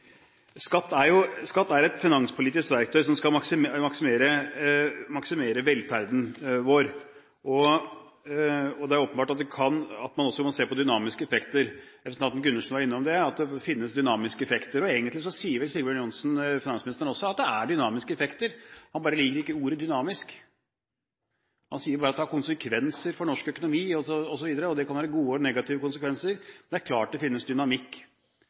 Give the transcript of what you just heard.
Skatt er et finanspolitisk verktøy som skal maksimere velferden vår, og det er åpenbart at man også må se på dynamiske effekter. Representanten Gundersen var innom at det finnes dynamiske effekter, og egentlig sier vel også finansminister Sigbjørn Johnsen at det er dynamiske effekter – han liker bare ikke ordet «dynamisk». Han sier bare at det har konsekvenser for norsk økonomi osv., og at det kan være positive og negative konsekvenser. Men det er klart det finnes dynamikk.